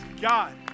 God